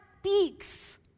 speaks